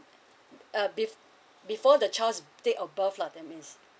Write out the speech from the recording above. uh bef~ before the child's day of birth lah that means